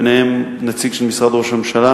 ביניהם נציג משרד ראש הממשלה,